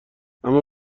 اما